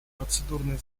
процедурный